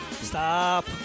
Stop